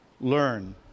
learn